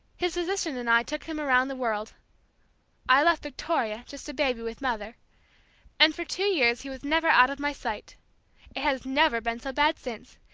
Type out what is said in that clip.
his physician and i took him around the world i left victoria, just a baby, with mother and for too years he was never out of my sight. it has never been so bad since.